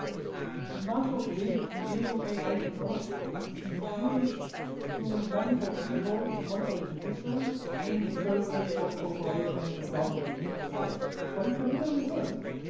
much of this new ai technology is used to monitor people, to monitor individuals in the service of corporations and government and so forth but it can be the reverse.